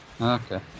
okay